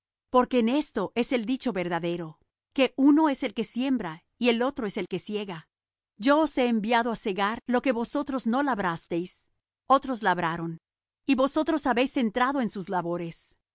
porque en esto es el dicho verdadero que uno es el que siembra y otro es el que siega yo os he enviado á segar lo que vosotros no labrasteis otros labraron y vosotros habéis entrado en sus labores